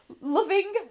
Loving